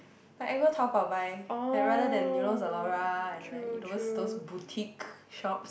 like I go Taobao buy like rather than you know Zalora and like those those boutique shops